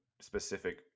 specific